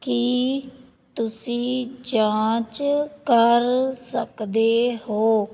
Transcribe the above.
ਕੀ ਤੁਸੀਂਂ ਜਾਂਚ ਕਰ ਸਕਦੇ ਹੋ